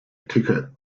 ticket